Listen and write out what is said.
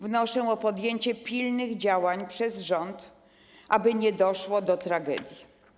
Wnoszę o podjęcie pilnych działań przez rząd, aby nie doszło do tragedii.